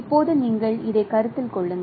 இப்போது நீங்கள் இதைக் கருத்தில் கொள்ளுங்கள்